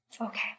Okay